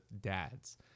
dads